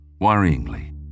Worryingly